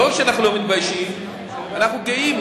לא שאנחנו לא מתביישים, אנחנו גאים.